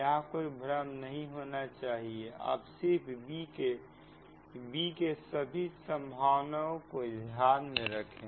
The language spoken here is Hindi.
यहां कोई भ्रम नहीं होना चाहिए आप सिर्फ b के सभी संभावनाओं को ध्यान में रखें